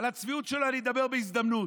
על הצביעות שלו אני אדבר בהזדמנות.